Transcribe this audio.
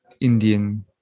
Indian